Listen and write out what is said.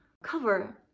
cover